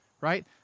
Right